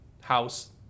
House